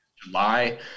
july